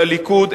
לליכוד,